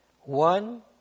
one